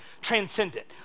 transcendent